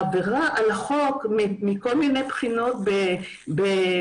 העבירה על החוק מכל מיני בחינות בדיונים,